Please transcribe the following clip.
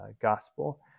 Gospel